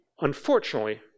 Unfortunately